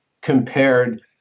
compared